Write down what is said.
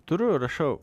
turiu rašau